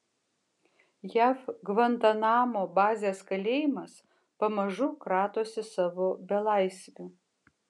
jav gvantanamo bazės kalėjimas pamažu kratosi savo belaisvių